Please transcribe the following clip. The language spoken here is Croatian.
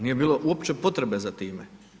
Nije bilo uopće potrebe za time.